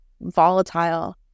volatile